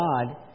God